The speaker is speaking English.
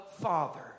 Father